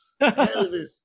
Elvis